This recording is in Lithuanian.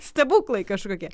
stebuklai kažkokie